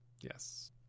Yes